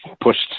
pushed